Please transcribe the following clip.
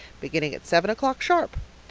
beginning at seven o'clock sharp.